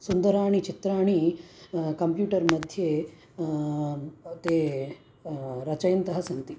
सुन्दराणि चित्राणि कम्प्यूटर्मध्ये ते रचयन्तः सन्ति